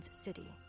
city